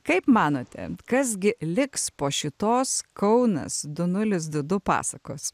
kaip manote kas gi liks po šitos kaunas du nulis du du pasakos